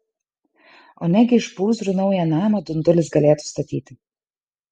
o negi iš pūzrų naują namą dundulis galėtų statyti